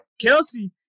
Kelsey